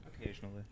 Occasionally